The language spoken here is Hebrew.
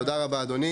תודה רבה אדוני.